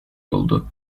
oldu